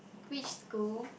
which school